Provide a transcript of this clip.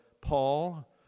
Paul